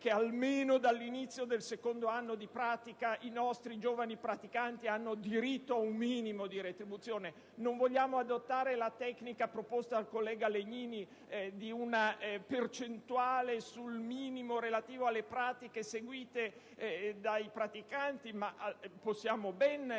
che, almeno dall'inizio del secondo anno di pratica, ai nostri giovani praticanti si riconosca il diritto a un minimo di retribuzione. Non vogliamo adottare la tecnica proposta dal collega Legnini di una percentuale della tariffa minima relativa alle pratiche seguite dai praticanti? Possiamo allora